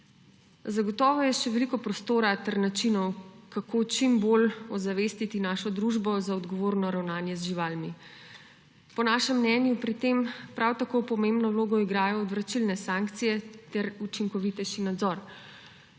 Zagotovo je še veliko prostora ter načinov, kako čim bolj ozavestiti našo družbo za odgovorno ravnanje z živalmi. Po našem mnenju pri tem prav tako pomembno vlogo igrajo odvračilne sankcije ter učinkovitejši nadzor.